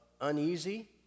uneasy